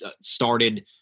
started